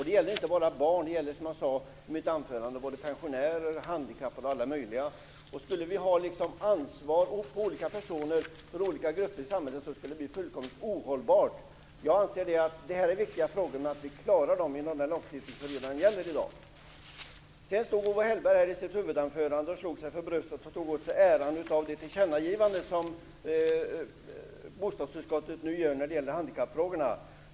Det gäller inte bara barn, utan det gäller - som jag sade i mitt anförande - såväl pensionärer som handikappade och alla möjliga grupper. Skulle vi ha ansvar för olika personer och grupper i samhället, skulle det bli fullkomligt ohållbart. Detta är viktiga frågor, men vi klarar dem inom ramen för den lagstiftning som redan gäller i dag. Sedan slog Owe Hellberg sig för bröstet och tog åt sig äran för det tillkännagivande som bostadsutskottet nu vill att riksdagen skall göra när det gäller handikappfrågorna.